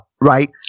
Right